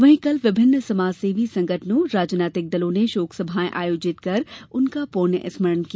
वहीं कल विभिन्न समाजसेवी संगठनों राजनीतिक दलों ने षोकसभाएं आयोजित कर उनका पुण्य स्मरण किया